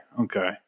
Okay